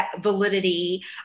validity